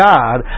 God